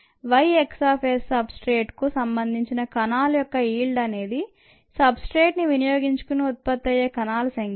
Y x s సబ్ స్ట్రేట్కు సంబంధించిన కణాల యొక్క ఈల్డ్ అనేది సబ్ స్ట్రేట్ ని వినియోగించుకుని ఉత్పతయ్యే కణాల సంఖ్యే